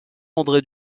andré